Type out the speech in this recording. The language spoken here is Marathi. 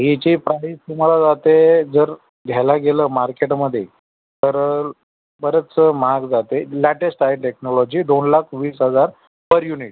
हिची प्राईस तुम्हाला जाते जर घ्यायला गेलं मार्केटमध्ये तर बरंच महाग जाते लॅटेस्ट आहे टेक्नोलॉजी दोन लाख वीस हजार पर युनिट